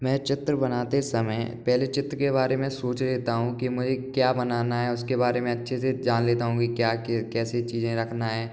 मैं चित्र बनाते समय पहले चित्र के बारे में सोच लेता हूँ कि मुझे क्या बनाना है उसके बारे में अच्छे से जान लेता हूँ कि क्या कैसे चीजें रखना है